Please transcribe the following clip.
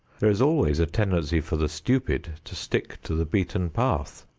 there is always a tendency for the stupid to stick to the beaten path.